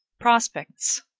prospects.